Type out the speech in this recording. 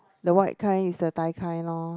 the white kind is the Thai kind lor